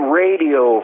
radio